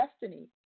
destiny